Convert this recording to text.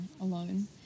alone